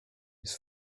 his